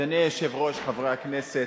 אדוני היושב-ראש, חברי הכנסת,